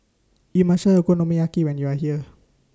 YOU must Try Okonomiyaki when YOU Are here